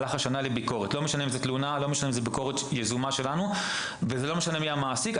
לא משנה אם זה בעקבות תלונה או ביקורת יזומה שלנו ולא משנה מי המעסיק,